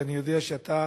ואני יודע שאתה